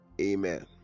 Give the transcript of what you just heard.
amen